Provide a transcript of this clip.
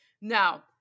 Now